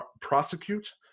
prosecute